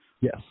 Yes